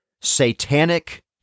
satanic